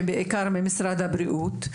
ובעיקר ממשרד הבריאות,